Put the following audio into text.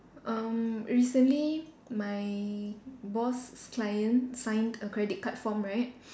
um recently my boss's client signed a credit card form right